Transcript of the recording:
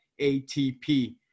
ATP